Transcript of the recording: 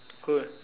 cool